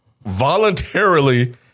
voluntarily